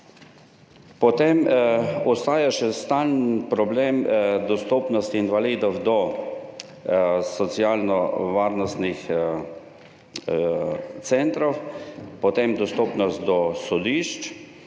Potem ostaja še stalen problem dostopnosti invalidov do socialnovarstvenih centrov, potem dostopnost do sodišč,